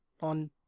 on